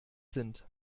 sind